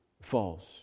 false